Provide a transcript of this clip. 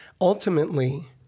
ultimately